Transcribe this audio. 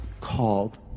called